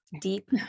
Deep